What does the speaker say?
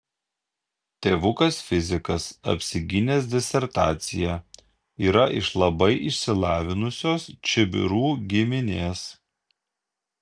tėvukas fizikas apsigynęs disertaciją yra iš labai išsilavinusios čibirų giminės